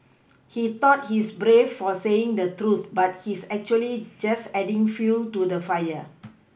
he thought he's brave for saying the truth but he's actually just adding fuel to the fire